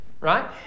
right